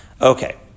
Okay